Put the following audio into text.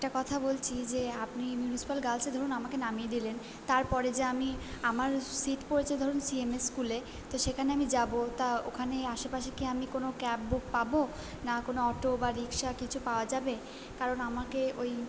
একটা কথা বলছি যে আপনি মিউনিসিপ্যাল গার্লসে ধরুন আমাকে নামিয়ে দিলেন তারপরে যে আমি আমার সিট পরেছে ধরুন সিএমএস স্কুলে তো সেখানে আমি যাবো তা ওখানেই আশেপাশে কি আমি কোনো ক্যাব বুক পাবো না কোনো অটো বা রিক্সা কিছু পাওয়া যাবে কারণ আমাকে ওই